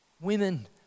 women